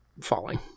falling